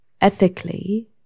ethically